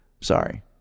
Sorry